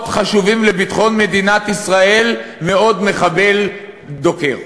חשובים לביטחון מדינת ישראל מעוד מחבל דוקר.